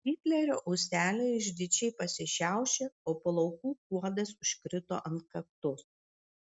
hitlerio ūseliai išdidžiai pasišiaušė o plaukų kuodas užkrito ant kaktos